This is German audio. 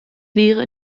wäre